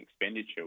expenditure